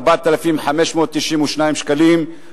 4,592 שקלים,